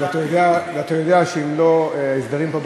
ואתה יודע שאם לא ההסדרים פה,